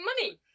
money